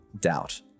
doubt